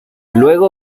luego